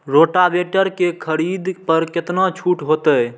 Rotavator के खरीद पर केतना छूट होते?